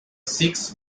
six